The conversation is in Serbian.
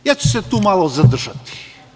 Ja ću se tu malo zadržati.